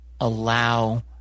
allow